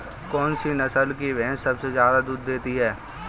कौन सी नस्ल की भैंस सबसे ज्यादा दूध देती है?